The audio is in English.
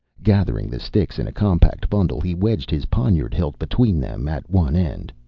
gathering the sticks in a compact bundle, he wedged his poniard hilt between them at one end.